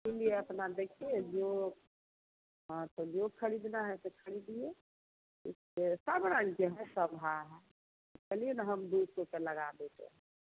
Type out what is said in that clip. उसी लिए अपना देखिए जो हाँ तो जो ख़रीदना है सो ख़रीदिए उसके सब रंग के है सब ही हैं चलिए ना हम दो सौ का लगा देते हैं